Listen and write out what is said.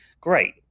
great